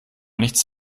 nichts